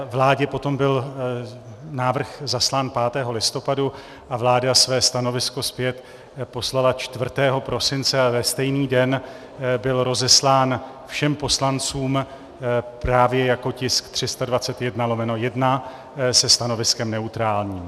Vládě potom byl návrh zaslán 5. listopadu a vláda své stanovisko zpět poslala 4. prosince a ve stejný den byl rozeslán všem poslancům právě jako tisk 321/1 se stanoviskem neutrálním.